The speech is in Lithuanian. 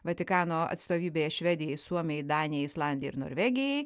vatikano atstovybėje švedijai suomijai danijai islandijai ir norvegijai